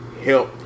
help